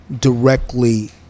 directly